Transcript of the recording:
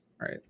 right